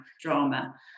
drama